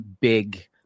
big